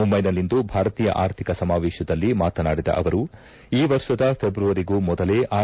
ಮುಂಬೈನಲ್ಲಿಂದು ಭಾರತೀಯ ಆರ್ಥಿಕ ಸಮಾವೇಶದಲ್ಲಿ ಮಾತನಾಡಿದ ಅವರು ಈ ವರ್ಷದ ಫೆಬ್ರವರಿಗೂ ಮೊದಲೇ ಆರ್